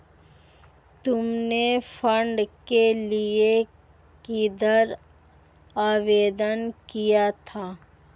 तुमने फंड के लिए किधर आवेदन किया था?